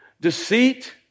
Deceit